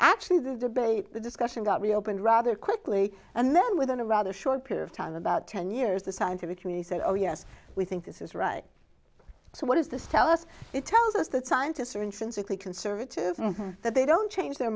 actually the debate the discussion got reopened rather quickly and then within a rather short period of time about ten years the scientific community said oh yes we think this is right so what does this tell us it tells us that scientists are intrinsically conservative that they don't change their